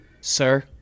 Sir